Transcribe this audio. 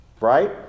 right